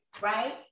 right